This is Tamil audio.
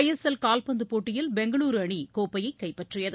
ஜ எஸ் எல் கால்பந்துப் போட்டியில் பெங்களுரு அணி கோப்பையைக் கைப்பற்றியது